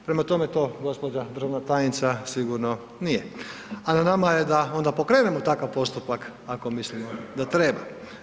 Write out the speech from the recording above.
Prema tome to gospođa državna tajnica sigurno nije, a na nama je da onda pokrenemo takav postupak ako mislimo da treba.